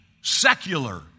secular